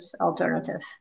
alternative